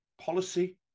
policy